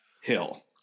Hill